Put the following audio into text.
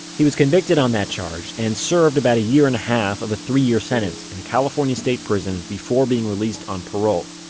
he was convicted on that charge and served about a year and a half of a three year sentence in a california state prison before being released on parole.